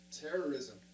terrorism